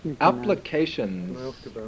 Applications